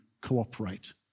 cooperate